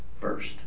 first